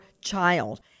child